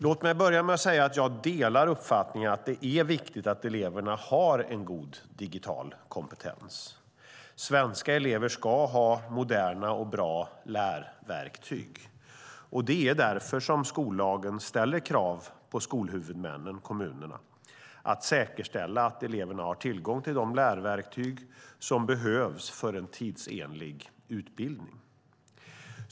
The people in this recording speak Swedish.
Låt mig börja med att säga att jag delar uppfattningen att det är viktigt att eleverna har en god digital kompetens. Svenska elever ska ha moderna och bra lärverktyg. Det är därför som skollagen ställer krav på skolhuvudmännen, kommunerna, att säkerställa att eleverna har tillgång till de lärverktyg som behövs för en tidsenlig utbildning.